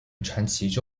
传奇